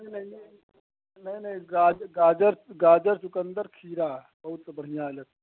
नहीं नहीं यही नहीं नहीं गाज गाजर गाजर चुकन्दर खीरा बहुत बढ़िया ही लग